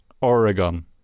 Oregon